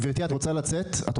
גברתי, את רוצה לצאת?